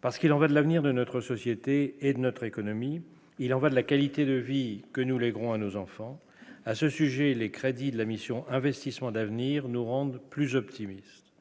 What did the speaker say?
Parce qu'il en va de l'avenir de notre société et notre économie, il en va de la qualité de vie que nous les grands à nos enfants à ce sujet, les crédits de la mission investissements d'avenir nous rendent plus optimistes,